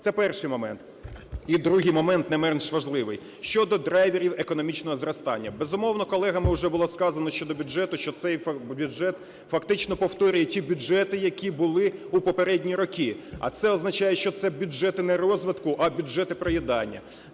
Це – перший момент. І другий момент, не менш важливий – щодо драйверів економічного зростання. Безумовно, колеги, ми, вже було сказано щодо бюджету, що цей бюджет фактично повторює ті бюджети, які були у попередні роки, а це означає, що це бюджети не розвитку, а бюджети проїдання.